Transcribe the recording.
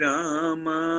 Rama